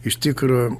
iš tikro